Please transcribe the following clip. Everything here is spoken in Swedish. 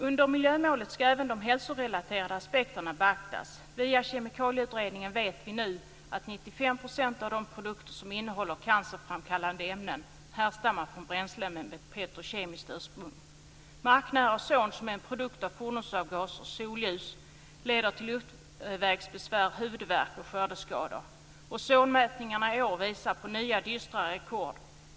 Under miljömålet ska även de hälsorelaterade aspekterna beaktas. Via Kemikalieutredningen vet vi nu att 95 % av de produkter som innehåller cancerframkallande ämnen härstammar från bränslen med petrokemiskt ursprung. Marknära ozon, som är en produkt av fordonsavgaser och solljus, leder till luftvägsbesvär, huvudvärk och skördeskador. Ozonmätningarna i år visar på nya, dystra rekord.